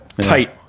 tight